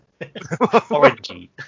Orangey